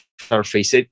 surface